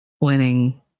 winning